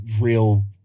real